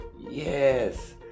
yes